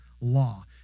law